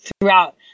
Throughout